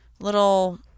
little